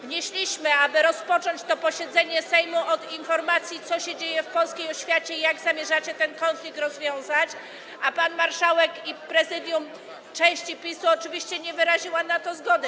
Wnieśliśmy, aby rozpocząć to posiedzenie Sejmu od informacji, co się dzieje w polskiej oświacie i jak zamierzacie ten konflikt rozwiązać, a pan marszałek i część prezydium PiS-u oczywiście nie wyrazili na to zgody.